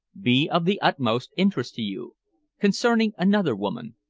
be of the utmost interest to you concerning another woman,